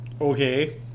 Okay